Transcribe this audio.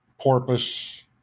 Porpoise